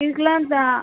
இதுக்குலாம் இந்த